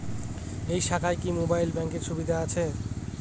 এই শাখায় কি মোবাইল ব্যাঙ্কের সুবিধা আছে?